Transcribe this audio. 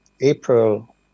April